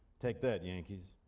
take that yankees.